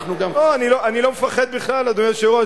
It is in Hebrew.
אנחנו גם, לא, אני לא מפחד בכלל, אדוני היושב-ראש.